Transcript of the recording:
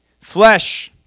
Flesh